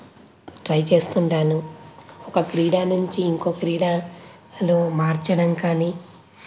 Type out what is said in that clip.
try చేస్తుంటాను ఒక క్రీడా నుంచి ఇంకో క్రీడా లో మార్చడం కానీ